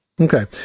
Okay